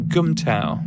Gumtow